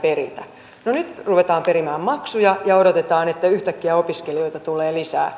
no nyt ruvetaan perimään maksuja ja odotetaan että yhtäkkiä opiskelijoita tulee lisää